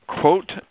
quote